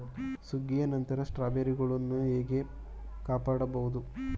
ಸುಗ್ಗಿಯ ನಂತರ ಸ್ಟ್ರಾಬೆರಿಗಳನ್ನು ಹೇಗೆ ಕಾಪಾಡ ಬಹುದು?